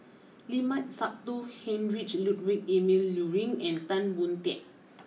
Limat Sabtu Heinrich Ludwig Emil Luering and Tan Boon Teik